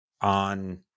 on